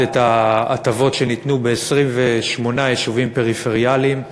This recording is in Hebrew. את ההטבות שנתנו ב-28 יישובים פריפריאליים,